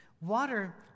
Water